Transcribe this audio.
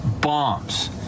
bombs